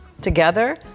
together